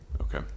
Okay